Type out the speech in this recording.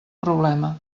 problema